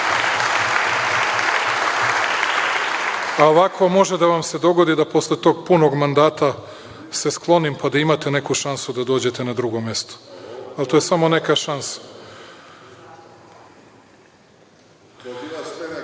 puta. Ovako može da vam se dogodi da posle tog punog mandata se sklonim pa da imate neku šansu da dođete na drugo mesto, a to je samo neka šansa.(Vojislav Šešelj,